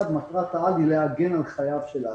והוא שמטרת העל היא להגן על חייו של האסיר.